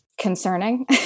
Concerning